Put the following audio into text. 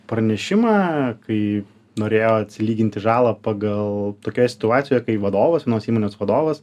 pranešimą kai norėjo atsilyginti žalą pagal tokioj situacijoj kai vadovas vienos įmonės vadovas